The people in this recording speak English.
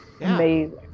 amazing